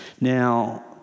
Now